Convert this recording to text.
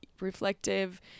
reflective